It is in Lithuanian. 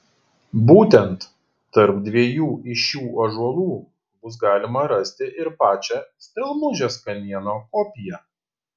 būtent tarp dviejų iš šių ąžuolų bus galima rasti ir pačią stelmužės kamieno kopiją